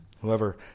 whoever